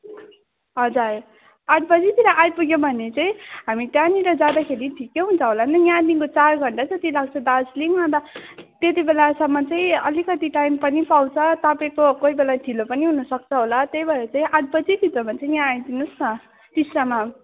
हजुर आठ बजीतिर आइपुग्यो भने चाहिँ हामी त्यहाँनिर जाँदाखेरि ठिकै हुन्छ होला नि यहाँदेखिको चार घन्टा जति लाग्छ दार्जिलिङ अन्त त्यतिबेलासम्म चाहिँ अलिकति टाइम पनि पाउँछ तपाईँको कोही बेला ढिलो पनि हुनु सक्छ होला त्यही भएर चाहिँ आठ बजीभित्रमा चाहिँ यहाँ आइदिनुहोस् न टिस्टामा